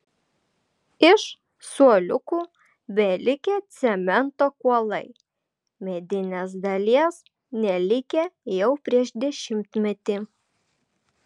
iš suoliukų belikę cemento kuolai medinės dalies nelikę jau prieš dešimtmetį